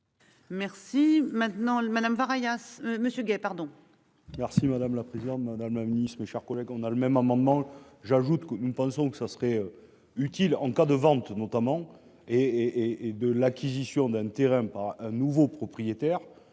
Merci. Non madame var, alias Monsieur Guey, pardon. Merci madame la présidente madame Nice, mes chers collègues. On a le même amendement. J'ajoute que nous pensons que ça serait utile en cas de vente notamment et et de l'acquisition d'un terrain par un nouveau propriétaire